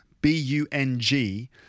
B-U-N-G